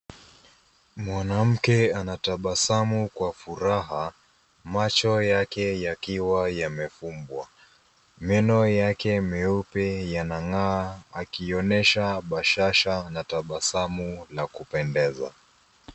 Mwanamke anatabasamu kwa furaha, macho yake yakiwa yamefumbwa. Meno yake meupe yanang'aa akionesha bashasha na tabasamu la kupendeza.